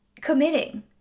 committing